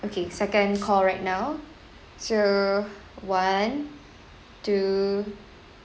okay second call right now so one two